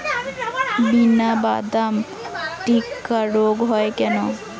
চিনাবাদাম টিক্কা রোগ হয় কেন?